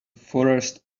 forest